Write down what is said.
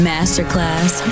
Masterclass